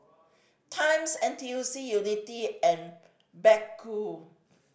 times N T U C Unity and Baggu